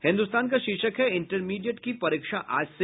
हिन्दुस्तान का शीर्षक है इंटरमीडिएट की परीक्षा आज से